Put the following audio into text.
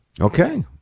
Okay